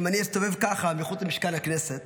אם אני אסתובב כך מחוץ למשכן הכנסת,